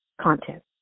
content